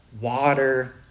water